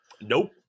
Nope